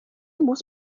muss